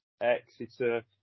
Exeter